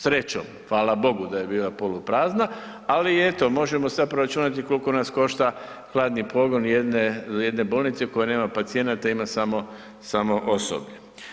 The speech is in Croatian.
Srećom, hvala Bogu da je bila poluprazna, ali eto, možemo sad proračunati koliko nas košta hladni pogon jedne bolnice koja nema pacijenta i ima samo osoblje.